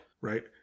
Right